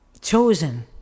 chosen